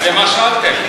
אז למה שאלתם?